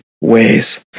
ways